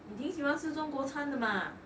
你挺喜欢吃中国餐的 mah